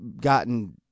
gotten